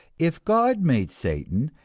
if god made satan,